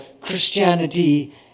Christianity